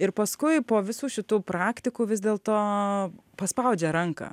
ir paskui po visų šitų praktikų vis dėlto paspaudžia ranką